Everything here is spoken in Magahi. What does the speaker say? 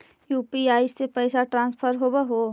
यु.पी.आई से पैसा ट्रांसफर होवहै?